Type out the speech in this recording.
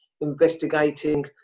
investigating